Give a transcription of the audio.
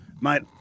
Mate